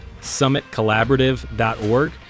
summitcollaborative.org